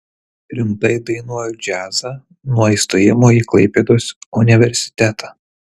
rimtai dainuoju džiazą nuo įstojimo į klaipėdos universitetą